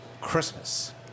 Christmas